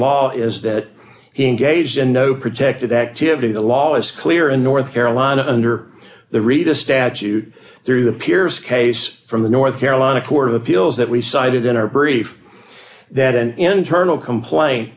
law is that he engaged in no protected activity the law is clear in north carolina under the read a statute through the pierce case from the north carolina court of appeals that we cited in our brief that an internal complain